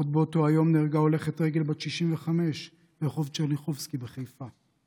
עוד באותו היום נהרגה הולכת רגל בת 65 ברחוב טשרניחובסקי בחיפה.